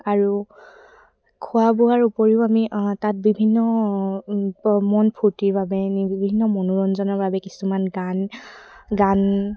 আৰু খোৱা বোৱাৰ উপৰিও আমি তাত বিভিন্ন মন ফূৰ্তিৰ বাবে নি বিভিন্ন মনোৰঞ্জনৰ বাবে কিছুমান গান গান